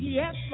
yes